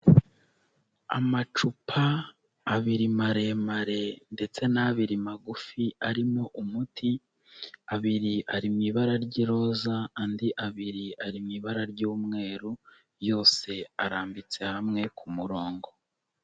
Amacupa abiri maremare ndetse n'abiri magufi arimo umuti, abiri ari mu ibara ry'iroza, andi abiri ari mu ibara ry'umweru yose arambitse hamwe ku murongo.